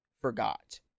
forgot